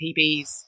PBs